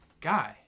guy